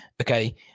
Okay